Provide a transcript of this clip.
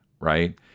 right